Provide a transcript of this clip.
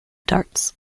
darts